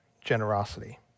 generosity